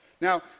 Now